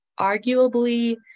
arguably